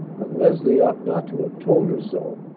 but leslie ought not to have told her so.